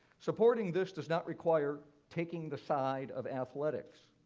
supporting this does not require taking the side of athletics.